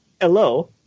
hello